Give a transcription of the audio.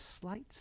slight